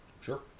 sure